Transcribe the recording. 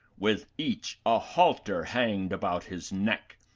with each a halter hanged about his neck,